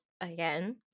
again